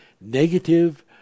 negative